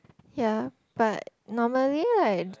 ya but normally like